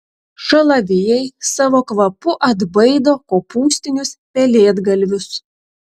šalavijai savo kvapu atbaido kopūstinius pelėdgalvius